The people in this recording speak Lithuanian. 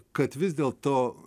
kad vis dėlto